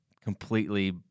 completely